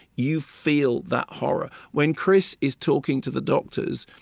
you feel that horror. when chris is talking to the doctors,